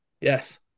Yes